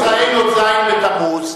במוצאי י"ז בתמוז,